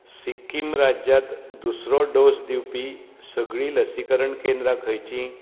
सिक्कीम राज्यांत दुसरो डोस दिवपी सगळीं लसीकरण केंद्रां खंयचीं